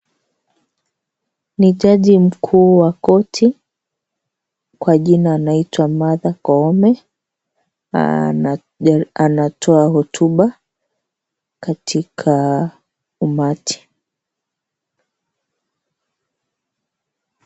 Ni jaji mkuu wa koti, kwa jina anaitwa Martha Koome. Anatoa hotuba, katika umati.